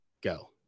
go